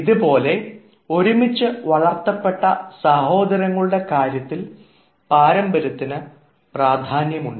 ഇതേപോലെ ഒരുമിച്ച് വളർത്തപ്പെട്ട സഹോദരങ്ങളുടെ കാര്യത്തിൽ പാരമ്പര്യത്തിന് പ്രാധാന്യമുണ്ട്